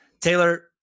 Taylor